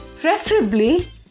preferably